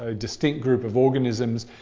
ah distinct group of organisms,